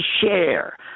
share